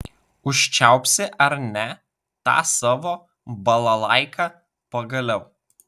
užčiaupsi ar ne tą savo balalaiką pagaliau